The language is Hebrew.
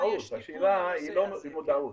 השאלה כמה יש טיפול בנושא הזה.